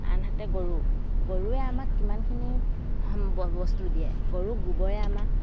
আনহাতে গৰু গৰুৱে আমাক কিমানখিনি বস্তু দিয়ে গৰু গোবৰে আমাক